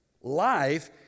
Life